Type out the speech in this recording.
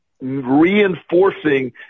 reinforcing